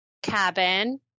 cabin